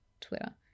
Twitter